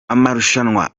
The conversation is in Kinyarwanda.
amarushanwa